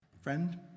Friend